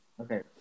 Okay